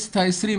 הכנסת ה-20,